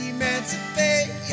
Emancipate